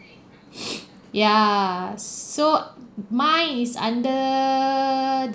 ya so mine is under